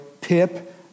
Pip